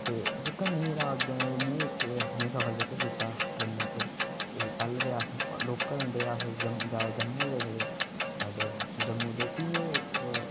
जेह्का मेरा अग्गै में इक सफर जेहड़ा कीता ट्रेना च पैहले अस लोकल होंदे ज्यादा जम्मू गै जंदे फ्ही में इक